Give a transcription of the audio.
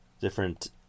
different